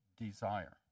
desire